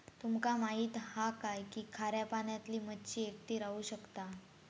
तुमका माहित हा काय की खाऱ्या पाण्यातली मच्छी एकटी राहू शकता